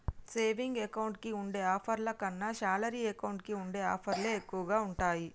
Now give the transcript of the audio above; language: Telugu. సేవింగ్ అకౌంట్ కి ఉండే ఆఫర్ల కన్నా శాలరీ అకౌంట్ కి ఉండే ఆఫర్లే ఎక్కువగా ఉంటాయి